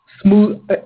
smooth –